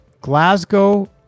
Glasgow